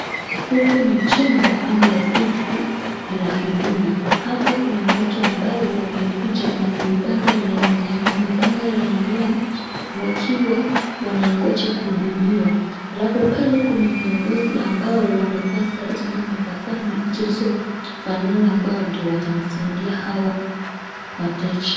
Huku ni chumba ama ofisi la huduma. Hapa kuna watu ambao wamekuja na kuipanga laini yao. Wamepanga laini yao wakiwa wanaingoja kuhudumiwa. Halafu pale kuna viongozi ambao wamevaa sare zilizofanana zilizofanana ambao ndio watawasaidia hawa wateja.